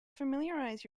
familiarize